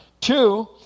Two